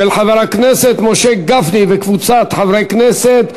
של חבר הכנסת משה גפני וקבוצת חברי כנסת.